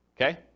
Okay